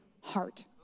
heart